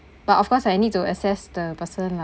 but of course I need to assess the person lah